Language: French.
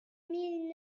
mille